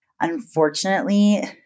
Unfortunately